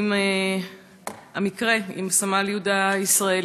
עם המקרה, עם סמל יהודה הישראלי.